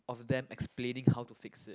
of them explaining how to fix it